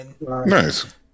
Nice